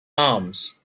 arms